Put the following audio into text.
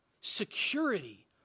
Security